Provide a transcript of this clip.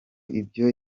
ibyo